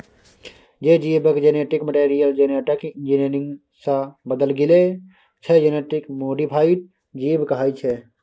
जे जीबक genetic material genetic engineering सँ बदलि गेल छै जेनेटिक मोडीफाइड जीब कहाइ छै